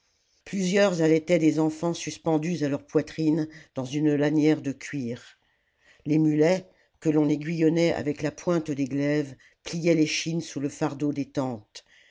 plusieurs allaitaient des enfants suspendus à leur poitrine dans une lanière de cuir les mulets que l'on aiguillonnait avec la pointe des glaives pliaient féchine sous le fardeau des tentes